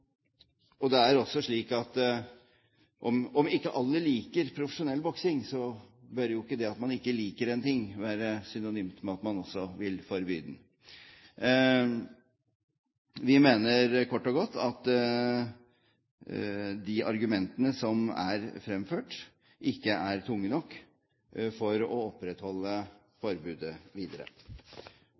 Det er også slik at om ikke alle liker profesjonell boksing, bør jo ikke det at man ikke liker en ting, være synonymt med at man også vil forby den. Vi mener kort og godt at de argumentene som er fremført, ikke er tunge nok for å opprettholde forbudet videre.